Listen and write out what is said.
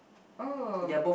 oh